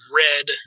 red